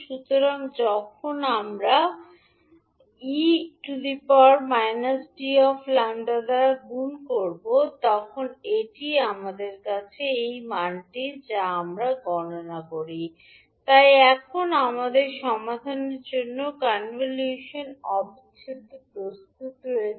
সুতরাং যখন আমরা যখন 𝑒− 𝑡 − 𝜆 দ্বারা গুণ করি তখন এটিই আবার সেই মানটি যা আমরা গণনা করি তাই এখন আমাদের সমাধানের জন্য কনভলিউশন অবিচ্ছেদ্য প্রস্তুত রয়েছে